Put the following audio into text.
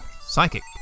Psychic